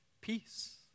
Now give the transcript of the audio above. peace